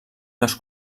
les